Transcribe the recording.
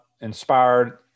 inspired